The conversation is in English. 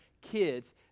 kids